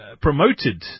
promoted